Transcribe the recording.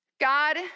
God